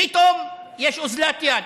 פתאום יש אוזלת יד.